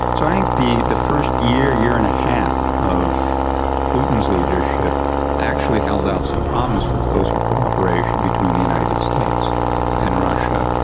so i think the the first year, year and a half of putin's leadership actually held out some promise for closer cooperation between the united states and russia.